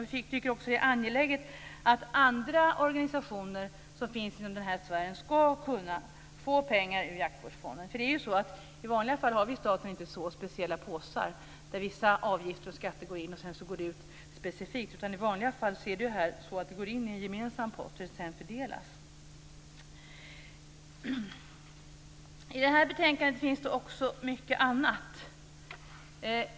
Vi tycker också att det är angeläget att andra organisationer som finns inom den här sfären ska kunna få pengar ur jaktvårdsfonden. I vanliga fall har vi i staten inte så speciella påsar där vissa avgifter och skatter går in och det sedan går ut specifikt. I vanliga fall är det så att det går in i en gemensam pott och sedan fördelas. I det här betänkandet finns det också mycket annat.